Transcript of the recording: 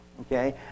Okay